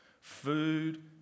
Food